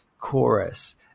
chorus